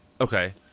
Okay